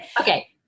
Okay